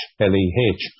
L-E-H